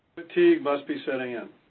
fatigue must be setting in.